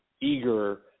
eager